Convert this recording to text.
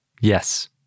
Yes